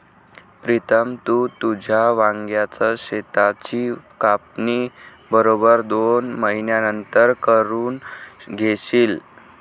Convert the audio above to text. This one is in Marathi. प्रीतम, तू तुझ्या वांग्याच शेताची कापणी बरोबर दोन महिन्यांनंतर करून घेशील